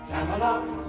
Camelot